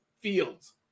fields